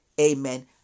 Amen